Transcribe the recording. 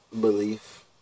belief